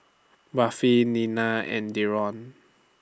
Buffy Nina and Deron